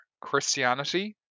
Christianity